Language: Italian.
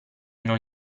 non